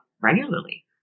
regularly